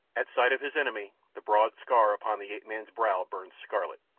at sight of his enemy the broad scar upon the ape-man's brow burned scarlet,